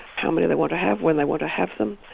how many they want to have, when they want to have them,